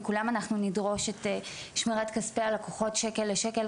מכולם אנחנו נדרוש את שמירת כספי הלקוחות שקל לשקל,